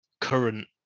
current